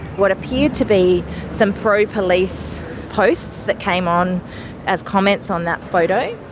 what appeared to be some pro-police posts that came on as comments on that photo,